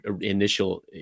initial